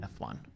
F1